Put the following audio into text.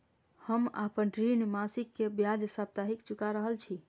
हम आपन ऋण मासिक के ब्याज साप्ताहिक चुका रहल छी